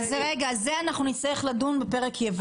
בזה נצטרך לדון בפרק יבוא.